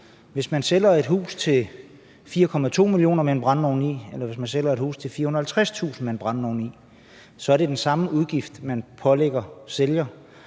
Hvis man sælger et hus til 4,2 mio. kr. med en brændeovn i, eller hvis man sælger et hus til 450.000 kr. med en brændeovn i, er det den samme udgift, man pålægger sælger.